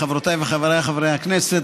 חברותיי וחבריי חברי הכנסת,